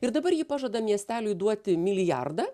ir dabar ji pažada miesteliui duoti milijardą